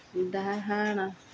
ଡାହାଣ